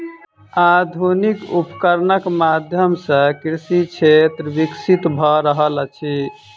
आधुनिक उपकरणक माध्यम सॅ कृषि क्षेत्र विकसित भ रहल अछि